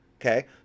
Okay